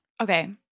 Okay